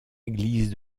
église